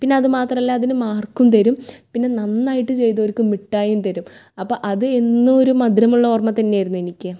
പിന്നത് മാത്രല്ല അതിന് മാർക്കും തരും പിന്നെ നന്നായിട്ട് ചെയ്തവർക്ക് മിഠായിയും തരും അപ്പോൾ അത് എന്നും ഒരു മധുരമുള്ള ഓർമ തന്നെയായിരുന്നു എനിക്ക്